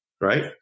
Right